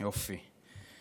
יופי.